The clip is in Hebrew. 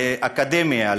לאקדמיה,